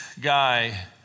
guy